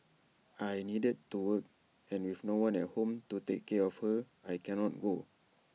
I needed to work and with no one at home to take care of her I can not go